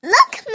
Look